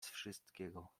wszystkiego